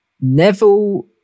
Neville